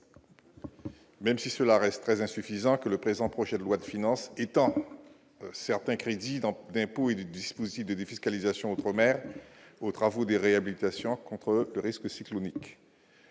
même si cela reste très insuffisant, que le présent projet de loi de finances étant certains crédits dans d'impôts et des dispositifs de défiscalisation Outre-Mer aux travaux des réhabilitations, contre le risque cyclonique,